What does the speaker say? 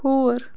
کھوٗر